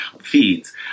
feeds